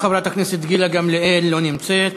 חברת הכנסת גילה גמליאל, לא נמצאת.